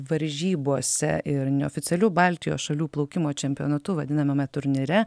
varžybose ir neoficialių baltijos šalių plaukimo čempionatu vadinamame turnyre